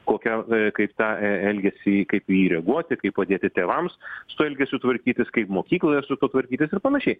kokią kaip tą elgesį kaip į jį reaguoti kaip padėti tėvams su tuo elgesiu tvarkytis kaip mokykloje su tuo tvarkytis ir panašiai